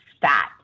fat